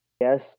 yes